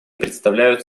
представляют